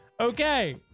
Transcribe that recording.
Okay